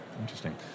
Interesting